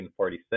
1946